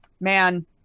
man